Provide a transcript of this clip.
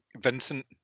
Vincent